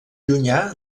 llunyà